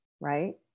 right